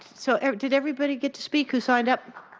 so did everybody get to speak? who signed up?